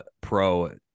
pro